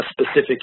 specific